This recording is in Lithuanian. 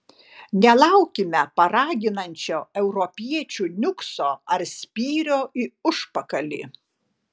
nelaukime paraginančio europiečių niukso ar spyrio į užpakalį